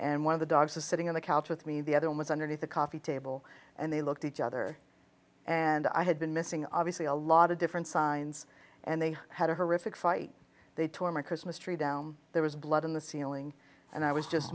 and one of the dogs was sitting on the couch with me the other one was underneath the coffee table and they looked at each other and i had been missing obviously a lot of different signs and they had a horrific fight they tore my christmas tree down there was blood in the ceiling and i was just